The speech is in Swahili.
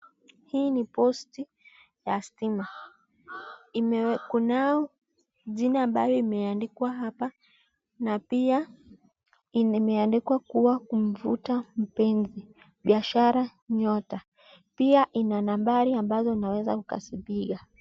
Hii ni posti ya stima. Kunao jina ambayo imeandikwa hapa na pia imeandikwa kuwa kumvuta mpenzi, biashara, nyota. Pia ina nambari ambazo unaweza ukazipiga.